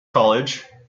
college